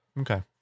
okay